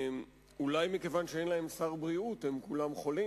אולי מכיוון שאין להם שר בריאות הם כולם חולים.